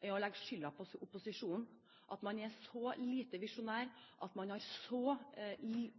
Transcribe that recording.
er å legge skylden på opposisjonen. Når man er så lite visjonær og har så